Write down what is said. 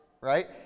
right